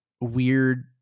weird